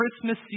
Christmas